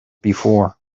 before